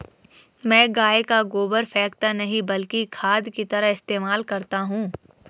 मैं गाय का गोबर फेकता नही बल्कि खाद की तरह इस्तेमाल करता हूं